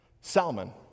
Salmon